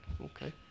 Okay